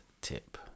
tip